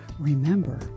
Remember